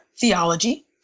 theology